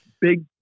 big